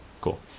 Cool